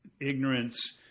ignorance